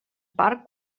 part